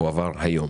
הועבר היום.